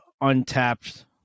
untapped